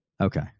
Okay